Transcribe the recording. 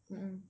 mmhmm